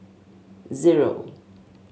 zero